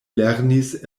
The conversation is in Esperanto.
lernis